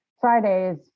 Fridays